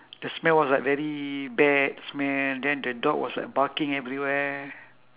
the smell was like very bad smell then the dog was like barking everywhere